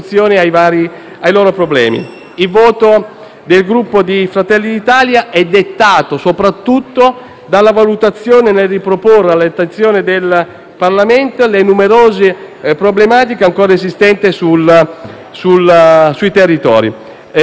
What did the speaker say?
Il voto del Gruppo Fratelli d'Italia è dettato soprattutto dalla valutazione sul riproporre all'attenzione del Parlamento le numerose problematiche ancora esistenti sui territori e sull'introdurre ulteriori,